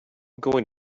going